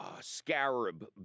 scarab